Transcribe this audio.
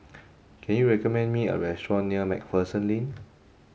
can you recommend me a restaurant near MacPherson Lane